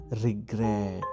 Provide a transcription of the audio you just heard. regret